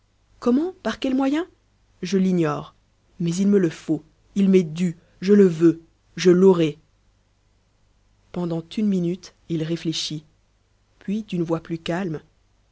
comment par quels moyens je l'ignore mais il me le faut il m'est dû je le veux je l'aurai pendant une minute il réfléchit puis d'une voix plus calme